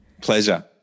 Pleasure